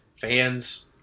fans